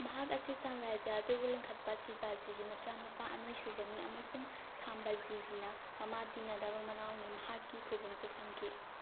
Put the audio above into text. ꯃꯍꯥꯛ ꯑꯁꯤ ꯁꯝꯔꯥꯏꯖ꯭ꯌ ꯑꯗꯨꯕꯨ ꯂꯤꯡꯈꯠꯄ ꯁꯤꯚꯥꯖꯤꯒꯤ ꯃꯆꯥꯅꯨꯄꯥ ꯑꯅꯤꯁꯨꯕꯅꯤ ꯑꯃꯁꯨꯡ ꯁꯝꯚꯥꯖꯤꯒꯤꯅ ꯃꯃꯥ ꯇꯤꯟꯅꯗꯕ ꯃꯅꯥꯎꯅꯤ ꯃꯍꯥꯛꯀꯤ ꯈꯨꯕꯝꯁꯨ ꯐꯪꯈꯤ